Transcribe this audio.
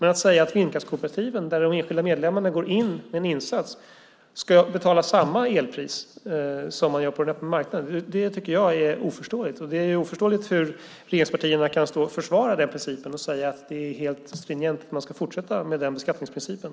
Att säga att vindkraftskooperativen, där de enskilda medlemmarna går in med en insats, ska betala samma elpris som på öppna marknaden tycker jag är oförståeligt. Det är oförståeligt hur regeringspartierna kan försvara den principen och säga att det är stringent och att man ska fortsätta med den beskattningsprincipen.